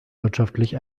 wirtschaftlich